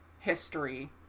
history